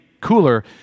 cooler